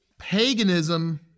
Paganism